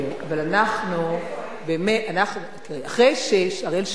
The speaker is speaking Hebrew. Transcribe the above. אבל אנחנו באמת, תראה, אחרי שאריאל שרון